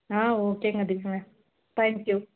ஆ ஓகேங்க தேங்க்யூ